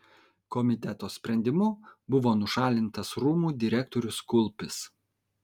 komiteto sprendimu buvo nušalintas rūmų direktorius kulpis